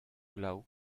glav